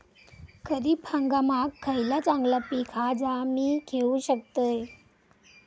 खरीप हंगामाक खयला चांगला पीक हा जा मी घेऊ शकतय?